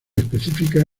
específica